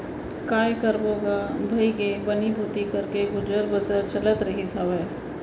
काय करबो गा भइगे बनी भूथी करके गुजर बसर चलत रहिस हावय